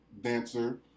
dancer